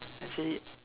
actually